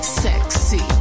sexy